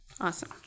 Awesome